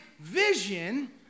vision